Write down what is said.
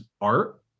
art